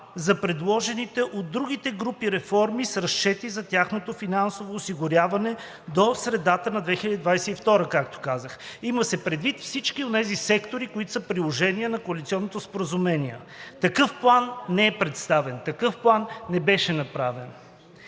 за предложените от другите групи реформи с разчети за тяхното финансово осигуряване – до средата на 2022 г., както казах. Има се предвид всички онези сектори, които са приложение на коалиционното споразумение. Такъв план не е представен. Такъв план не беше направен.